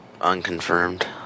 Unconfirmed